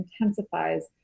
intensifies